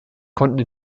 konnten